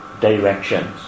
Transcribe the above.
directions